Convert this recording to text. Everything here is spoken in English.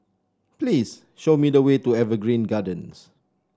please show me the way to Evergreen Gardens